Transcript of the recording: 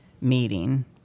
meeting